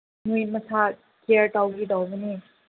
ꯅꯣꯏ ꯃꯁꯥ ꯀꯤꯌꯔ ꯇꯧꯒꯤꯗꯧꯕꯅꯦ